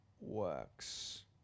works